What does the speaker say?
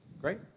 Great